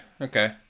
okay